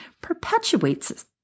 perpetuates